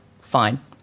fine